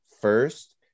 first